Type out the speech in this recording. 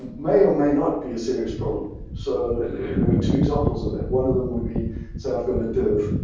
may or may not be a serious problem. so there are two examples of one of them would be say i've got a div.